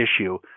issue